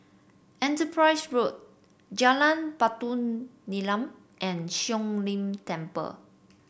Enterprise Road Jalan Batu Nilam and Siong Lim Temple